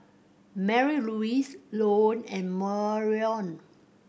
Marylouise Lone and Marion